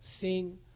sing